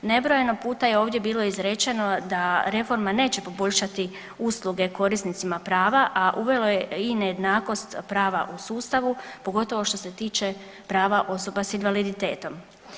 Nebrojeno puta je ovdje bilo izrečeno da reforma neće poboljšati usluge korisnicima prava, a uvelo je i nejednakost prava u sustavu pogotovo što se tiče prava osoba s invaliditetom.